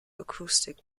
acoustic